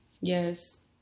Yes